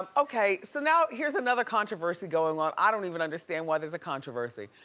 um okay, so now here's another controversy going on. i don't even understand why there's a controversy.